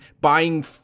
buying